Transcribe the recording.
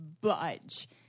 budge